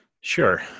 Sure